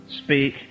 speak